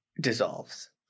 Dissolves